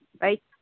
right